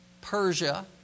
Persia